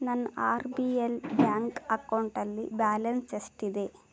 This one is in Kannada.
ನನ್ನ ಆರ್ ಬಿ ಎಲ್ ಬ್ಯಾಂಕ್ ಅಕೌಂಟಲ್ಲಿ ಬ್ಯಾಲೆನ್ಸ್ ಎಷ್ಟಿದೆ